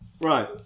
right